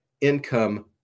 income